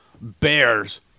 bears